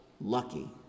lucky